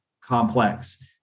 complex